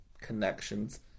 connections